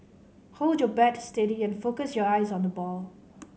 hold your bat steady and focus your eyes on the ball